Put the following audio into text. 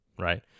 right